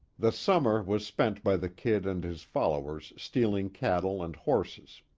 the summer was spent by the kid and his followers stealing cattle and horses.